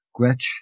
Gretsch